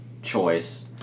choice